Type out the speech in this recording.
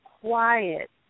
quiet